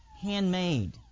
handmade